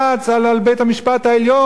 על בית-המשפט העליון,